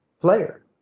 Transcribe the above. player